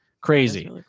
Crazy